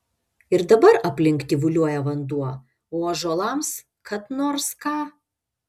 ir dabar aplink tyvuliuoja vanduo o ąžuolams kad nors ką